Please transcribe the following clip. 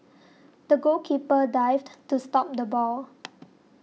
the goalkeeper dived to stop the ball